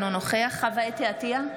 אינו נוכח חוה אתי עטייה,